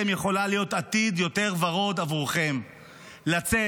יכולה להיות עתיד יותר ורוד עבורכם לצאת